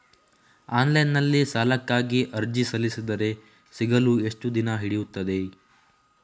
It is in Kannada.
ಆನ್ಲೈನ್ ನಲ್ಲಿ ಸಾಲಕ್ಕಾಗಿ ಅರ್ಜಿ ಸಲ್ಲಿಸಿದರೆ ಸಿಗಲು ಎಷ್ಟು ದಿನ ಹಿಡಿಯುತ್ತದೆ?